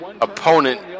opponent